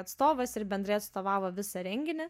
atstovas ir bendrai atstovavo visą renginį